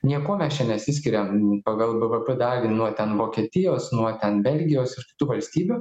niekuo mes čia nesiskiriam pagal bvp dalį nuo ten vokietijos nuo ten belgijos ir kitų valstybių